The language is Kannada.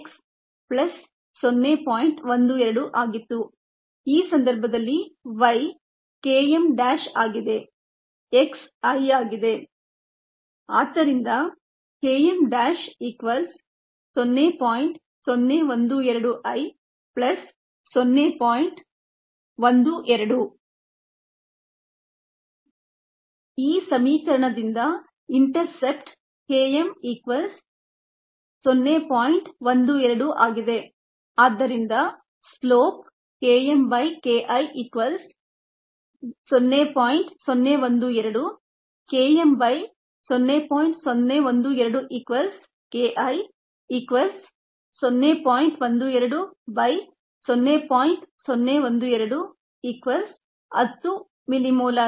12 ಆಗಿತ್ತು ಈ ಸಂದರ್ಭದಲ್ಲಿ Y Kmʹ ಆಗಿದೆ x I ಆಗಿದೆ ಆದ್ದರಿಂದ ಈ ಸಮೀಕರಣದಿಂದ ಇಂಟರ್ಸೆಪ್ಟ್ Km 0